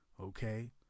Okay